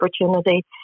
opportunity